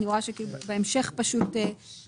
אני רואה שבהמשך יש שינוי.